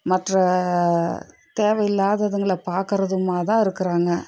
மற்ற தேவை இல்லாததுங்கள பார்க்கறதுமா தான் இருக்கிறாங்க